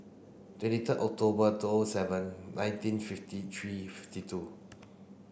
twenty third October two O O seven nineteen fifty three fifty two